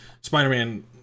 Spider-Man